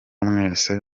mwese